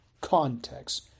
context